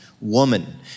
woman